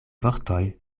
vortoj